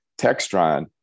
Textron